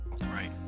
Right